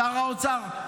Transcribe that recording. שר האוצר,